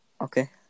Okay